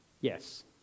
yes